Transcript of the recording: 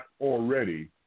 already